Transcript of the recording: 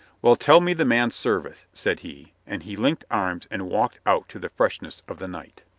well, tell me the man's service, said he, and he linked arms and walked out to the freshness of the night.